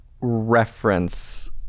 reference